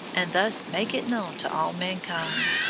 and thus make it known to all mankind.